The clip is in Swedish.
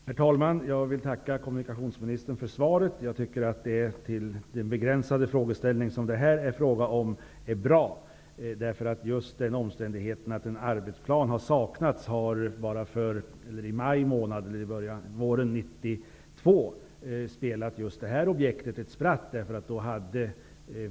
Herr talman! Jag vill tacka kommunikationsministern för svaret. Jag tycker att det i vad avser den begränsade frågeställning som det här är fråga om är bra. Den omständigheten att en arbetsplan saknades våren 1992 har spelat detta objekt ett spratt.